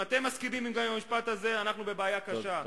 אם אתם מסכימים עם המשפט הזה, אנחנו בבעיה קשה.